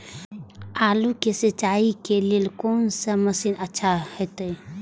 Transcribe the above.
आलू के सिंचाई के लेल कोन से मशीन अच्छा होते?